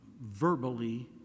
verbally